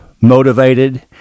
motivated